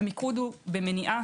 המיקוד הוא במניעה,